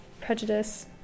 prejudice